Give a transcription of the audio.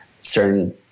certain